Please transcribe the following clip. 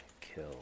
kill